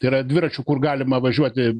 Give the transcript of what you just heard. tai yra dviračių kur galima važiuoti